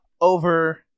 over